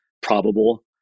probable